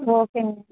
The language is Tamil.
ஓகேங்க